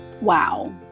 Wow